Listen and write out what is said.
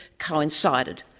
coincided.